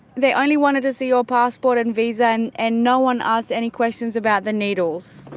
they only wanted to see your passport and visa, and and no one asked any questions about the needles?